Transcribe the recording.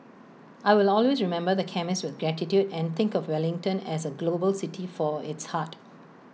I will always remember the chemist with gratitude and think of Wellington as A global city for its heart